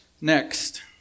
Next